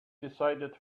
decided